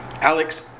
Alex